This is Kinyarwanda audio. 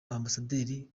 ambasaderi